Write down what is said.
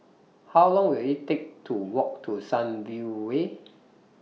How Long Will IT Take to Walk to Sunview Way